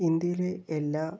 ഇന്ത്യയിലെ എല്ലാ